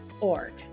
org